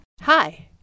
Hi